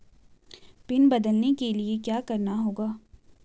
Pin बदलने के लिए क्या करना होगा?